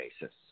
basis